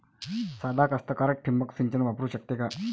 सादा कास्तकार ठिंबक सिंचन वापरू शकते का?